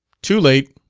too late,